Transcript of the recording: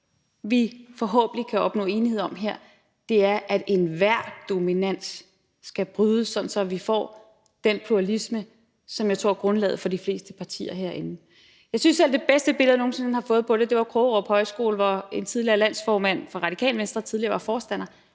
vi forhåbentlig kan opnå enighed om her, er, at enhver dominans skal brydes, sådan at vi får den pluralisme, som jeg tror er grundlaget for de fleste partier herinde. Jeg synes selv, at det bedste billede, jeg nogen sinde har fået på det, var Krogerup Højskole, hvor en tidligere landsformand for Radikale Venstre tidligere var forstander.